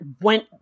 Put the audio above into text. went